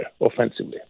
offensively